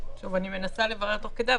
אני מנסה לברר תוך כדי,